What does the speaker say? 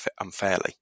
unfairly